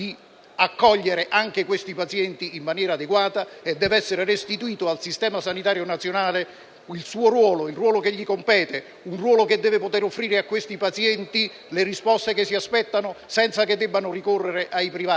accogliere anche questi pazienti in maniera adeguata. Deve inoltre essere restituito al sistema sanitario nazionale il ruolo che gli compete, poiché deve poter offrire a questi pazienti le risposte che si aspettano, senza che debbano ricorrere ai privati;